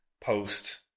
post